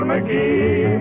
McGee